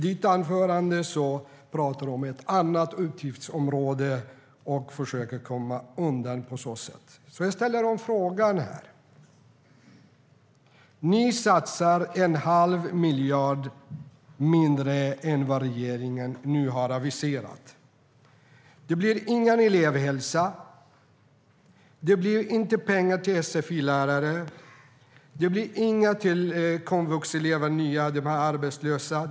I ditt anförande, Ulrika Carlsson, talar du om ett annat utgiftsområde och försöker på så sätt komma undan. Jag ställer om frågan. Det blir ingen elevhälsa. Det blir inte pengar till sfi-lärare. Det blir inga pengar till komvux för arbetslösa.